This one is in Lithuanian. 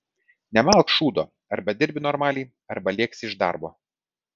nemalk šūdo arba dirbi normaliai arba lėksi iš darbo